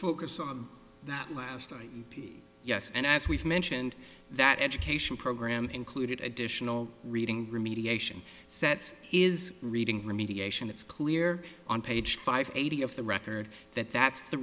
focus on that last night yes and as we've mentioned that education program included additional reading remediation sets is reading remediation it's clear on page five eighty of the record that that's the